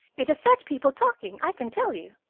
it has set people talking, i can tell you.